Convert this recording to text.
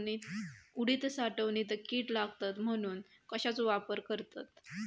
उडीद साठवणीत कीड लागात म्हणून कश्याचो वापर करतत?